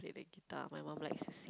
the guitar my mum likes